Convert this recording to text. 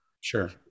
Sure